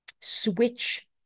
switch